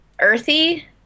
earthy